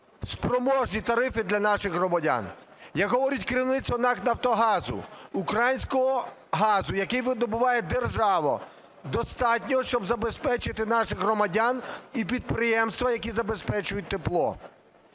спроможні тарифи для наших громадян. Як говорить керівництво НАК "Нафтогазу", українського газу, який видобуває держава, достатньо, щоб забезпечити наших громадян і підприємства, які забезпечують тепло.